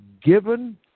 given